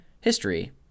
history